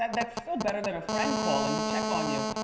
that's still better than a friend calling to check on you.